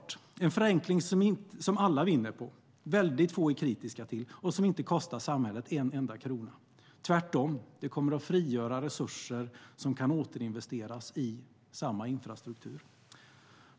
Det är en förenkling som alla vinner på, få är kritiska till och som inte kostar samhället en enda krona. Tvärtom kommer det att frigöra resurser som kan återinvesteras i samma infrastruktur.